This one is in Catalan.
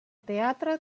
teatre